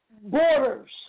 borders